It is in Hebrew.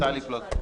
טלי פלוסקוב.